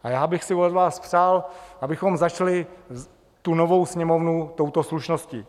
A já bych si od vás přál, abychom začali novou Sněmovnu touto slušností.